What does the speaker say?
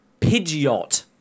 Pidgeot